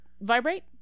vibrate